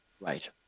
Right